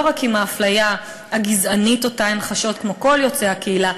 לא רק עם האפליה הגזענית שהן חשות כמו כל יוצאי הקהילה,